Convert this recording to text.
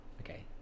okay